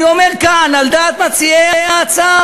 אני אומר כאן, על דעת מציעי ההצעה: